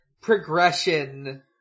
progression